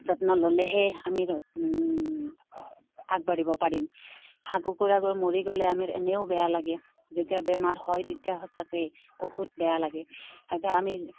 যত্ন ল'লেহে আমি আগবাঢ়িব পাৰিম হাঁহ কুকুৰাবোৰ মৰি গ'লে আমাৰ এনেও বেয়া লাগে যেতিয়া বেমাৰ হয় তেতিয়া সঁচাকৈয়ে বহুত বেয়া লাগে আমি